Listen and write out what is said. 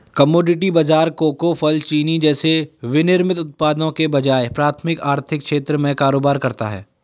commodity बाजार cocoa, फल, चीनी जैसे विनिर्मित उत्पादों के बजाय प्राथमिक आर्थिक क्षेत्र में कारोबार करता है